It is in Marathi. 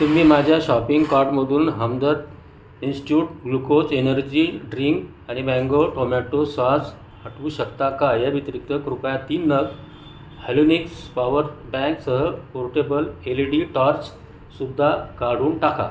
तुम्ही माझ्या शॉपिंग कार्टमधून Hamdard institute glucose energy drink आणि मँगो टोमॅटो सॉस हटवू शकता का या व्यतिरिक्त कृपया तीन नग हॅलोनिक्स पॉवर बँकसह पोर्टेबल एल ई डी टॉर्चसुद्धा काढून टाका